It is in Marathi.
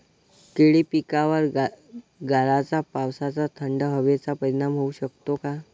केळी पिकावर गाराच्या पावसाचा, थंड हवेचा परिणाम होऊ शकतो का?